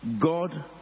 God